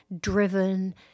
driven